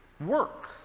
work